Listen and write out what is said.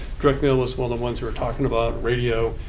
direct mail was one of the ones we were talking about, radio,